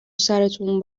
سرتون